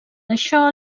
això